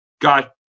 got